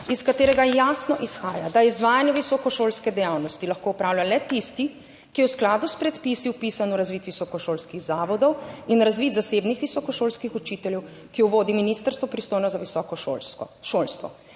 iz katerega jasno izhaja, da je izvajanje visokošolske dejavnosti lahko opravlja le tisti, ki je v skladu s predpisi vpisan v razvid visokošolskih zavodov in razvid zasebnih visokošolskih učiteljev, ki jo vodi ministrstvo, pristojno za visokošolsko